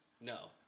No